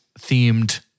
themed